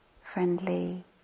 friendly